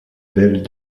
belles